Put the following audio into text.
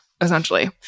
essentially